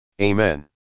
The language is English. Amen